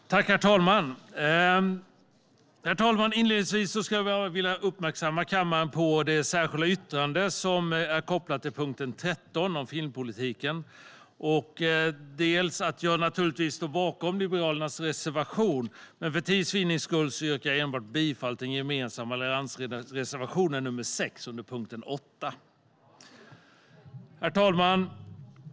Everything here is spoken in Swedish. Konstarter och kultur-skaparnas villkor Herr talman! Inledningsvis skulle jag vilja uppmärksamma kammaren på det särskilda yttrande som är kopplat till punkt 13 om filmpolitiken. Jag står naturligtvis bakom Liberalernas reservation, men för tids vinnande yrkar jag bifall endast till den gemensamma alliansreservationen 6 under punkt 8. Herr talman!